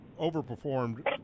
overperformed